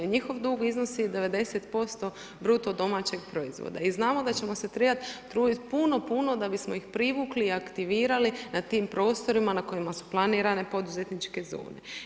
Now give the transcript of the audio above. Njihov dug iznosi 90% bruto domaćeg proizvoda i znamo da ćemo se trebati truditi puno, puno da bismo ih privukli i aktivirali na tim prostorima na kojima su planirane poduzetničke zone.